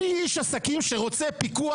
אני איש עסקים שרוצה פיקוח.